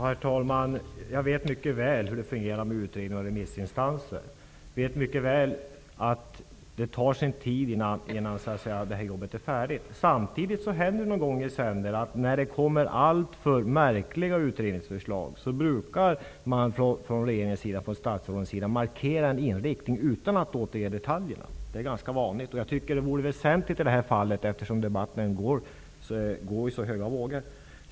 Herr talman! Jag vet mycket väl hur en utredning görs och hur remissinstanserna fungerar. Jag vet att det tar sin tid innan jobbet är färdigt. När det kommer alltför märkliga utredningsförslag händer det att regeringen markerar en inriktning utan att återge detaljerna. Det är ganska vanligt. Det vore väsentligt att så sker också i detta fall, eftersom debatten går i så höga vågor.